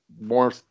more